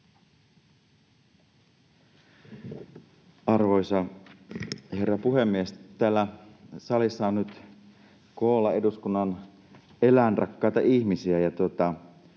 Arvoisa herra puhemies! Täällä salissa on nyt koolla eduskunnan eläinrakkaita ihmisiä,